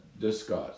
discuss